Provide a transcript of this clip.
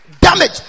Damage